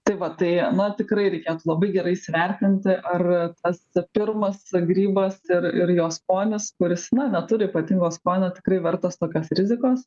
tai va tai na tikrai reikėtų labai gerai įsivertinti ar tas pirmas grybas ir ir jo skonis kuris na neturi ypatingo skonio tikrai vertas tokios rizikos